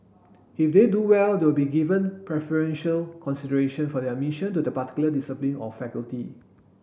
if they do well they will be given preferential consideration for their mission to the particular discipline or faculty